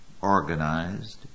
organized